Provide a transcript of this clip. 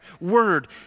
Word